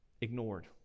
ignored